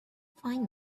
fine